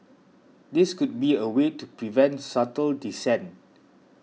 this could be a way to prevent subtle dissent